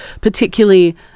particularly